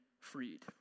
freed